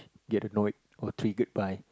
get annoyed or triggered by